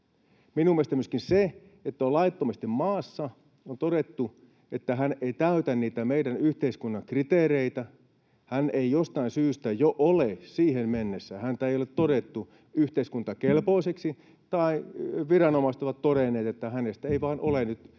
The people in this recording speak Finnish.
Minun mielestäni myöskin se, että on laittomasti maassa... On todettu, että hän ei täytä niitä meidän yhteiskunnan kriteereitä, häntä ei jostain syystä jo ole siihen mennessä todettu yhteiskuntakelpoiseksi, tai viranomaiset ovat todenneet, että hänestä ei vaan ole nyt